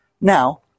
Now